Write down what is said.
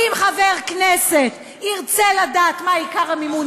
אם חבר הכנסת ירצה לדעת מה עיקר המימון,